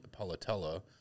Palatella